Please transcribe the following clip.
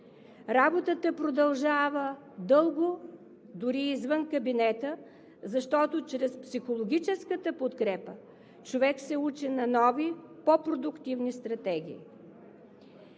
Работата продължава дълго дори и извън кабинета, защото чрез психологическата подкрепата човек се учи на нови, по-продуктивни стратегии.